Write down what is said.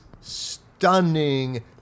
stunning